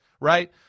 right